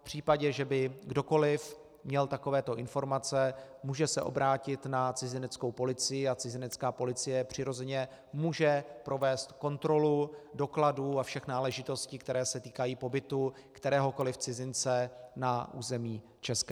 V případě, že by kdokoli měl takovéto informace, může se obrátit na cizineckou policii a cizinecká policie přirozeně může provést kontrolu dokladů a všech náležitostí, které se týkají pobytu kteréhokoli cizince na území ČR.